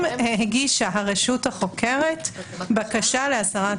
הגישה הרשות החוקרת בקשה להסרת חיסיון.